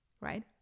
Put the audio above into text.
right